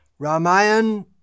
Ramayan